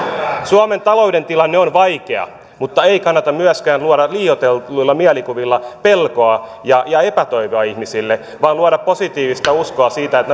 suomen talouden tilanne on vaikea mutta ei kannata myöskään luoda liioitelluilla mielikuvilla pelkoa ja ja epätoivoa ihmisille vaan luoda positiivista uskoa siihen että